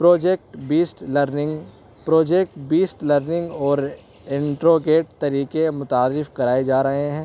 project based learning project based learning اور interrogate طریقے متعارف کرائے جا رہے ہیں